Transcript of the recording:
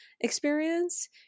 experience